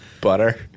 Butter